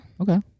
Okay